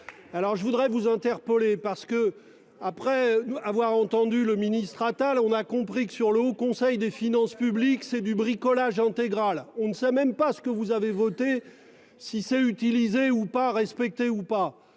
Alors je voudrais vous interpeller parce que après avoir entendu le ministre Atal. On a compris que sur le Haut conseil des finances publiques, c'est du bricolage intégral, on ne sait même pas ce que vous avez voté si c'est utilisé ou pas respecté ou pas.